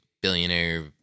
billionaire